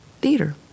theater